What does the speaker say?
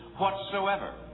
whatsoever